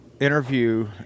interview